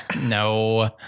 no